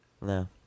No